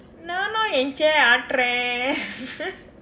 நானும் நினைத்தேன் ஆட்டுறேன்:naanum ninaiththeen aatdureen